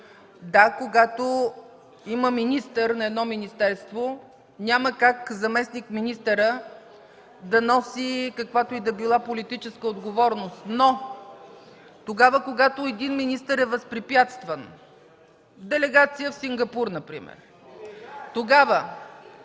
Да, когато има министър на едно министерство, няма как заместник-министърът да носи каквато и да била политическа отговорност. Но когато един министър е възпрепятстван – делегация в Сингапур например, тогава